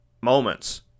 moments